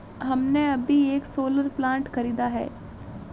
हमने अभी एक सोलर प्लांट खरीदा है